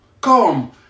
Come